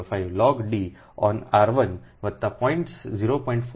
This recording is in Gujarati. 4605 લોગ d ઓન r 1 વત્તા 0